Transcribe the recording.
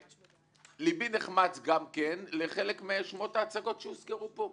לבי נחמץ גם כן לחלק משמות ההצגות שהוזכרו פה,